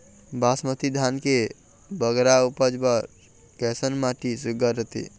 बासमती धान के बगरा उपज बर कैसन माटी सुघ्घर रथे?